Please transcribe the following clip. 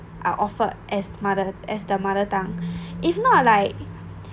are offered as mother as the mother tongue if not like